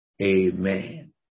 Amen